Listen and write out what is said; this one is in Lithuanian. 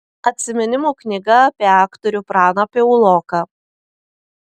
atsiminimų knyga apie aktorių praną piauloką